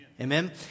Amen